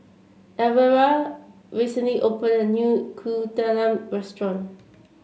Elvira recently opened a new Kuih Talam restaurant